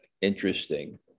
interesting